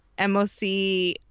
MOC